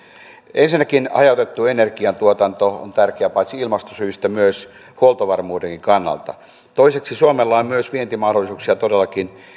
ensinnäkin hajautettu energiantuotanto on tärkeää paitsi ilmastosyistä myös huoltovarmuuden kannalta toiseksi suomella on myös vientimahdollisuuksia todellakin